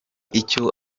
icyo